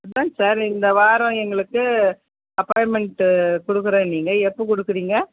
அதான் சார் இந்த வாரம் எங்களுக்கு அப்பாயின்மென்ட்டு கொடுக்குறன்னிங்க எப்போ கொடுக்குறீங்க